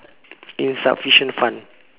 insufficient fund